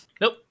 Nope